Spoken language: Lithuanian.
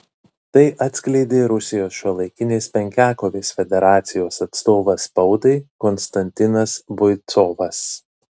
tai atskleidė rusijos šiuolaikinės penkiakovės federacijos atstovas spaudai konstantinas boicovas